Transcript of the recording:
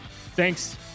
Thanks